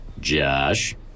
Josh